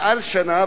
מעל שנה,